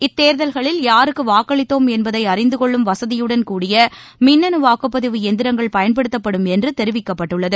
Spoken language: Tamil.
இந்த தேர்தல்களில் யாருக்கு வாக்களித்தோம் என்பதை அறிந்து கொள்ளும் வசதியுடன் கூடிய மின்னனு வாக்குப்பதிவு இயந்திரங்கள் பயன்படுத்தப்படும் என்று தெரிவிக்கப்பட்டுள்ளது